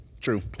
True